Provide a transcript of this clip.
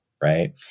right